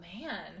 man